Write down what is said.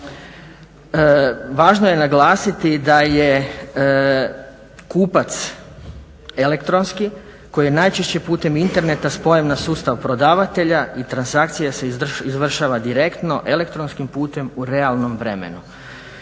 Važno je naglasiti da je kupac elektronski koji je najčešće putem interneta spojen na sustav prodavatelja i transakcija se izvršava direktno, elektronskim putem u realnom vremenu.